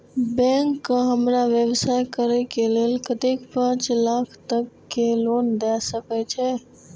Bank का हमरा व्यवसाय करें के लेल कतेक पाँच लाख तक के लोन दाय सके छे?